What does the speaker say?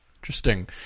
Interesting